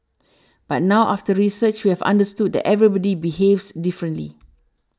but now after research we have understood that everybody behaves differently